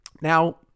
Now